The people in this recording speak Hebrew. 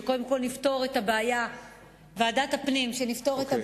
שקודם כול נפתור את הבעיה של הגזירה.